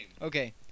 Okay